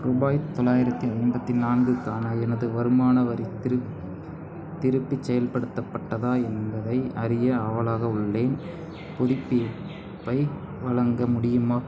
ரூபாய் தொள்ளாயிரத்தி ஐம்பத்தி நான்குக்கான எனது வருமான வரி திருப் திருப்பிச் செயல்படுத்தப்பட்டதா என்பதை அறிய ஆவலாக உள்ளேன் புதுப்பிப்பை வழங்க முடியுமா